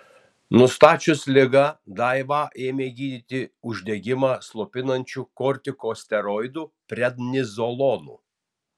nustačius ligą daivą ėmė gydyti uždegimą slopinančiu kortikosteroidu prednizolonu